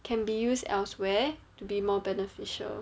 can be used elsewhere to be more beneficial